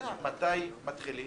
שנדע מתי מתחילים ומתי מסיימים.